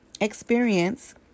experience